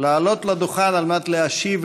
לעלות לדוכן על מנת להשיב